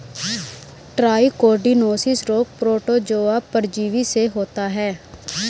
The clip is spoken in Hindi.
ट्राइकोडिनोसिस रोग प्रोटोजोआ परजीवी से होता है